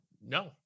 no